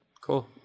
Cool